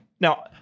Now